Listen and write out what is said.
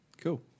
Cool